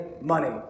money